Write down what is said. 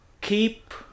Keep